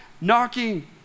knocking